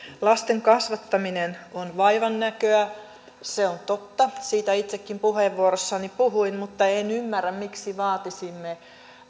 lasten kasvattaminen on vaivannäköä se on totta siitä itsekin puheenvuorossani puhuin mutta en ymmärrä miksi vaatisimme